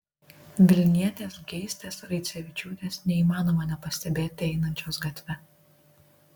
vilnietės geistės raicevičiūtės neįmanoma nepastebėti einančios gatve